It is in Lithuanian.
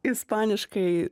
ispaniškai zarzuela